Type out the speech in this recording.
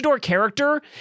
character